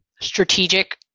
strategic